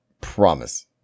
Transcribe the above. promise